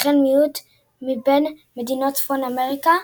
וכן מיעוט מבין מדינות צפון אמריקה,